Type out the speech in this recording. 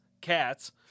Cats